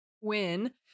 win